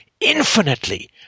Infinitely